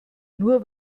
nur